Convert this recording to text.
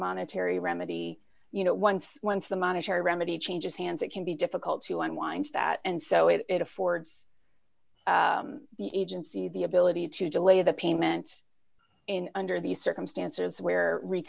monetary remedy you know once once the monetary remedy changes hands it can be difficult to unwind that and so it affords the agency the ability to delay the payment in under these circumstances where re